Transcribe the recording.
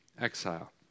exile